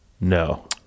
no